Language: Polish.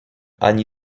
ani